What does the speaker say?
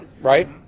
right